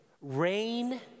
rain